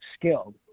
skilled